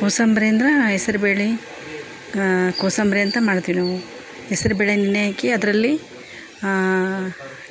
ಕೋಸಂಬರಿ ಅಂದ್ರ ಹೆಸರ್ ಬೇಳೆ ಕೋಸಂಬರಿ ಅಂತ ಮಾಡ್ತೀವಿ ನಾವು ಹೆಸರ್ ಬೇಳೆ ನೆನೆ ಹಾಕಿ ಅದ್ರಲ್ಲಿ